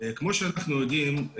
כמו שאנחנו יודעים,